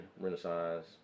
Renaissance